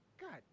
God